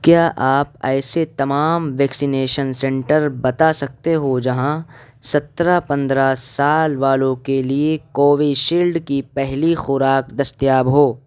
کیا آپ ایسے تمام ویکسینیشن سنٹر بتا سکتے ہو جہاں سترہ پندرہ سال والوں کے لیے کووشیلڈ کی پہلی خوراک دستیاب ہو